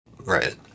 Right